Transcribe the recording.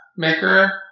maker